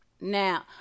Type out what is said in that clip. now